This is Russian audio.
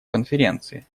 конференции